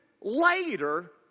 later